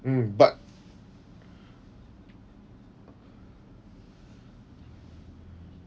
mm but